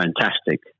fantastic